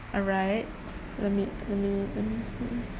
alright let me let me let me see